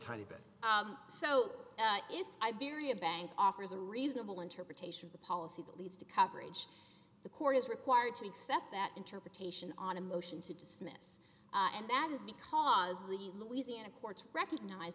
tiny bit so if i bury a bank offers a reasonable interpretation of the policy that leads to coverage the court is required to accept that interpretation on a motion to dismiss and that is because the louisiana courts recognize